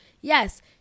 yes